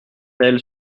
tel